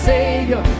Savior